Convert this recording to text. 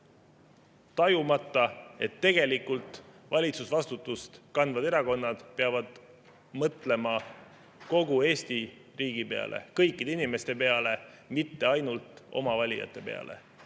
Tajumata, et valitsusvastutust kandvad erakonnad peavad mõtlema kogu Eesti riigi peale, kõikide inimeste peale, mitte ainult oma valijate peale.